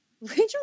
Rachel